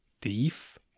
Thief